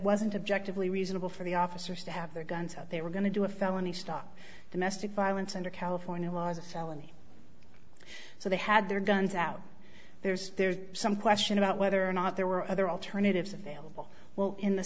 wasn't objectively reasonable for the officers to have their guns out they were going to do a felony stop domestic violence under california law is a felony so they had their guns out there's there's some question about whether or not there were other alternatives available well in the